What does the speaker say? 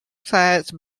size